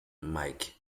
mike